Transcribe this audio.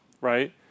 right